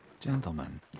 Gentlemen